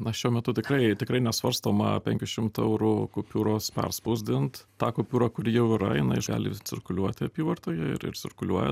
na šiuo metu tikrai tikrai nesvarstoma penkių šimtų eurų kupiūros perspausdint ta kupiūra kuri jau yra jinai gali cirkuliuoti apyvartoje ir cirkuliuoja